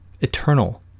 eternal